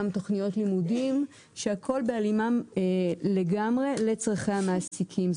תכניות לימודים שהכל בהלימה לגמרי לצרכי המעסיקים.